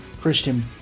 Christian